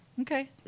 okay